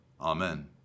Amen